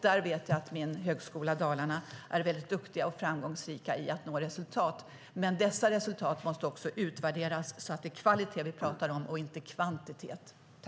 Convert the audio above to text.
Där vet jag att man på min Högskolan Dalarna är duktiga och framgångsrika när det gäller att nå resultat. Men dessa resultat måste också utvärderas, så att det är kvalitet vi pratar om - inte kvantitet.